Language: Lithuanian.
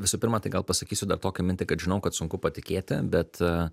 visų pirma tai gal pasakysiu dar tokią mintį kad žinau kad sunku patikėti bet